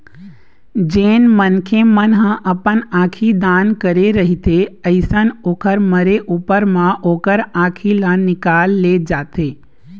जेन मनखे मन ह अपन आंखी दान करे रहिथे अइसन ओखर मरे ऊपर म ओखर आँखी ल निकाल ले जाथे